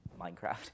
Minecraft